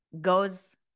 goes